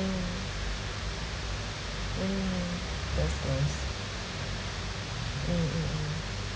mm mm mm yes yes mm mm mm